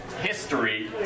history